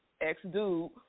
ex-dude